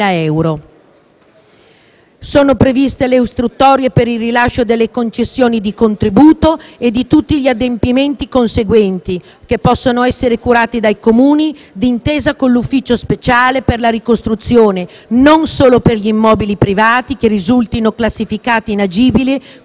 esecutivo; - previsto che le istruttorie per il rilascio delle concessioni di contributo e di tutti gli adempimenti conseguenti possano essere curate dai comuni, d'intesa con l'Ufficio speciale per la ricostruzione, non solo per gli immobili privati che risultino classificati inagibili